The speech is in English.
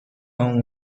home